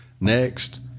next